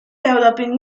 developing